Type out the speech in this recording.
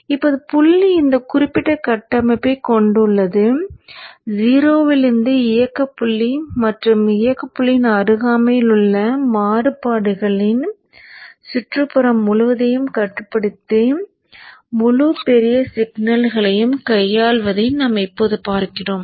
இப்போது புள்ளி இந்த குறிப்பிட்ட கட்டமைப்பை கொண்டு உள்ளது 0 இலிருந்து இயக்கப் புள்ளி மற்றும் இயக்கப் புள்ளியின் அருகாமையில் உள்ள மாறுபாடுகளின் சுற்றுப்புறம் முழுவதையும் கட்டுப்படுத்தி முழு பெரிய சிக்னல்களையும் கையாள்வதை நாம் இப்போது பார்க்கிறோம்